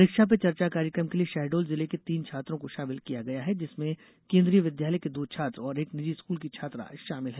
परीक्षा पे चर्चा कार्यक्रम के लिये शहडोल जिले के तीन छात्रों को शामिल किया गया है जिसमें केन्द्रीय विद्यालय के दो छात्र और एक निजी स्कूल की छात्रा शामिल है